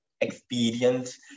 experience